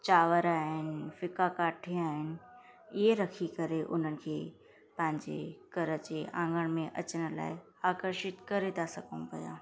चांवर फिका गाठिया आहिनि इहे रखी करे उन्हनि जे पंहिंजे घर जे आंगण में अचण लाइ आकर्षित करे था सघूं पिया